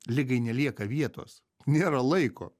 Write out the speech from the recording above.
ligai nelieka vietos nėra laiko